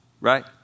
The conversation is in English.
right